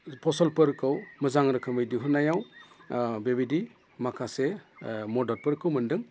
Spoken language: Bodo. फसलफोरखौ मोजां रोखोमै दिहुननायाव बेबायदि माखासे मददफोरखौ मोनदों